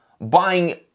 buying